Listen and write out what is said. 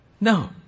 No